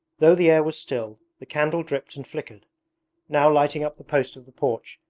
though the air was still, the candle dripped and flickered now lighting up the post of the porch,